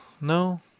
no